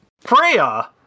Freya